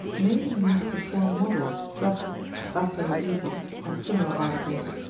may be used to form models, busts, basso-relievos, and similar articles.